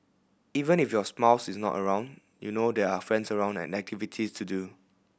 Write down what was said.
even if your spouse is not around you know there are friends around and activities to do